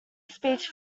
speech